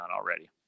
already